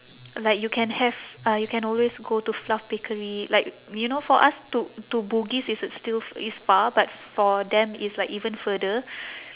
like you can have uh you can always go to fluff bakery like you know for us to to bugis it's still it's far but for them it's like even further